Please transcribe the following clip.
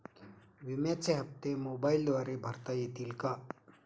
विम्याचे हप्ते मोबाइलद्वारे भरता येतील का?